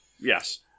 Yes